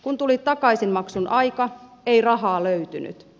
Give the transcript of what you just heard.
kun tuli takaisinmaksun aika ei rahaa löytynyt